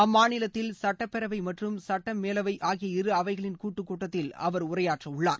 அம்மாநிலத்தில் சுட்டப்பேரவை மற்றும் சுட்ட மேலவை ஆகிய இரு அவைகளின் கூட்டு கூட்டத்தில் அவர் உரையாற்றவுள்ளார்